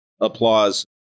applause